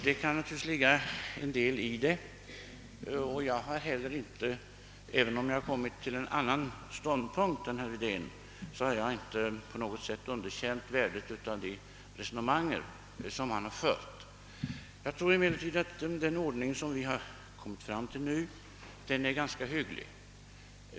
Det kan naturligtvis ligga en del däri, och jag har heller inte — även om jag har kommit till en annan ståndpunkt än herr Wedén — på något sätt underkänt värdet av det resonemang som han har fört. Jag tror emellertid att den ordning som vi nu har kommit fram till är ganska hygglig.